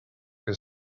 que